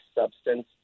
substance